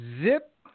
Zip